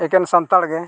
ᱮᱠᱮᱱ ᱥᱟᱱᱛᱟᱲᱜᱮ